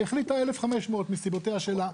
החליטה 1,500 מסיבותיה שלה.